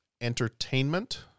entertainment